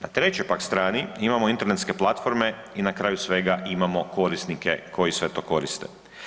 Na trećoj pak strani imamo internetske platforme i na kraju svega imamo korisnike koji sve to koriste.